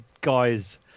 guys